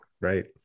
right